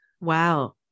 Wow